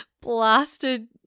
blasted